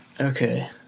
Okay